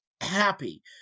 happy